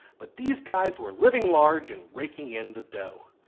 but these guys were living large and raking in the dough.